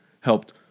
helped